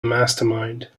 mastermind